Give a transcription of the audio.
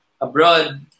abroad